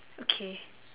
okay